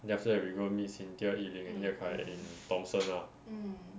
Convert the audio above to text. then after that we go meet cynthia yi ling and yan kai in thomson lah